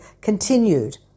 continued